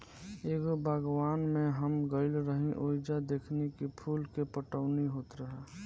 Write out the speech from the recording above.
एगो बागवान में हम गइल रही ओइजा देखनी की फूल के पटवनी होत रहे